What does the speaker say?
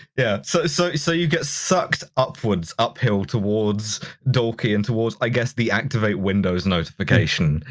yeah so so so you get sucked upwards, uphill towards dalkey and towards, i guess, the activate windows notification,